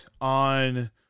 on